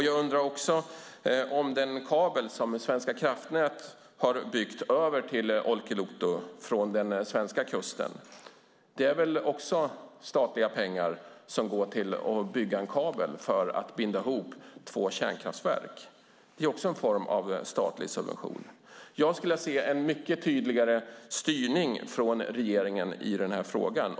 Jag undrar också över den kabel som Svenska Kraftnät har byggt över till Olkiluoto från den svenska kusten. Det är väl statliga pengar som går till att bygga en kabel för att binda ihop två kärnkraftverk. Det är också en form av statlig subvention. Jag skulle vilja se en mycket tydligare styrning från regeringens sida i den här frågan.